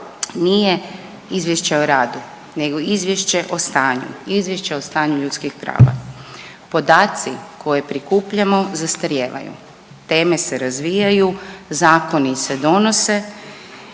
nije izvješće o radu nego izvješće o stanju, izvješće o stanju ljudskih prava. Podaci koje prikupljamo zastarijevaju, teme se razvijaju, zakoni se donose